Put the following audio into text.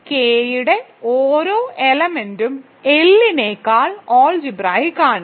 അതായത് കെ യുടെ ഓരോ എലമെന്റും L നെക്കാൾ അൾജിബ്രായിക്ക് ആണ്